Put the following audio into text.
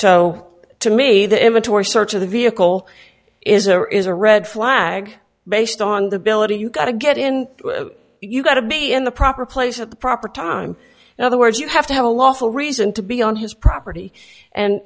so to me the inventory search of the vehicle is or is a red flag based on the ability you got to get in you got to be in the proper place at the proper time and other words you have to have a lawful reason to be on his property and